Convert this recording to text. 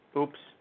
Oops